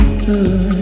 good